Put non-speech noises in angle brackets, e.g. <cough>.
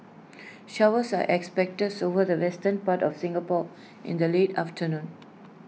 showers are expected <unintelligible> over the western part of Singapore in the late afternoon